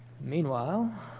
Meanwhile